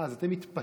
אז אתם התפשרתם